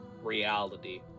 reality